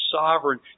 sovereign